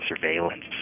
surveillance